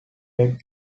red